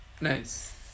Nice